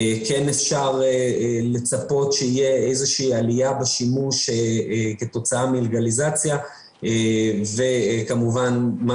אפשר לצפות שתהיה עליה בשימוש כתוצאה מלגליזציה וכמובן מה